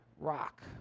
rock